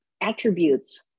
attributes